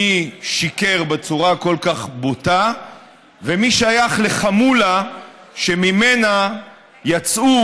מי שיקר בצורה כל כך בוטה ומי שייך לחמולה שממנה יצאו